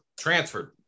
Transferred